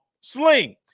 Sling